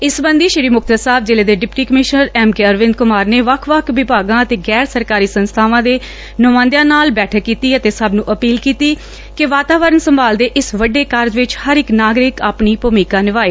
ਇਸ ਸਬੰਧੀ ਸ੍ਰੀ ਮੁਕਤਸਰ ਸਾਹਿਬ ਜ਼ਿਲ੍ਹੇ ਦੇ deputy commissioner M K Arvind Kumar ਨੇ ਵੱਖ ਵੱਖ ਵਿਭਾਗਾਂ ਅਤੇ ਗੈਰ ਸਰਕਾਰੀ ਸੰਸਬਾਵਾਂ ਦੇ ਨੁਮਾਇੰਦਿਆਂ ਨਾਲ ਬੈਠਕ ਕੀਤੀ ਅਤੇ ਸਭ ਨੂੰ ਅਪੀਲ ਕੀਤੀ ਕਿ ਵਾਤਾਵਰਨ ਸੰਭਾਲ ਦੇ ਇਸ ਵੱਡੇ ਕਾਰਜ ਵਿਚ ਹਰ ਇਕ ਨਾਗਰਿਕ ਆਪਣੀ ਭੂਮਿਕਾ ਨਿਭਾਏ